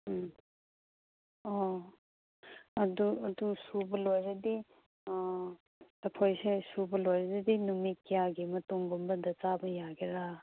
ꯎꯝ ꯑꯣ ꯑꯗꯨ ꯑꯗꯨ ꯁꯨꯕ ꯂꯣꯏꯔꯗꯤ ꯑꯩꯈꯣꯏꯁꯦ ꯁꯨꯕ ꯂꯣꯏꯔꯗꯤ ꯅꯨꯃꯤꯠ ꯀꯌꯥꯒꯤ ꯃꯇꯨꯡ ꯒꯨꯝꯕꯗ ꯆꯥꯕ ꯌꯥꯒꯦꯔꯥ